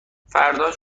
فرداش